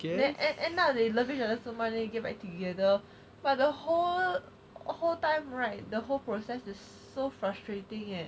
end end up they love each other so much then they get back together but the whole whole time right the whole process is so frustrating eh